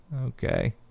okay